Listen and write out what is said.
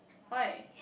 why